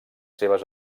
seves